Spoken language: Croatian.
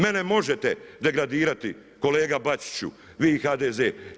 Mene možete degradirati kolega Bačiću, vi i HDZ.